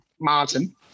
Martin